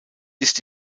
ist